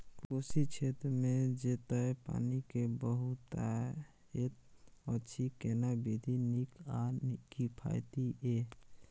कोशी क्षेत्र मे जेतै पानी के बहूतायत अछि केना विधी नीक आ किफायती ये?